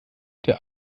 der